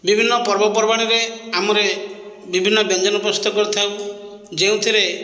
ବିଭିନ୍ନ ପର୍ବପର୍ବାଣିରେ ଆମର ଏ ବିଭିନ୍ନ ବ୍ୟଞ୍ଜନ ପ୍ରସ୍ତୁତ କରିଥାଉ ଯେଉଁଥିରେ